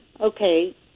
okay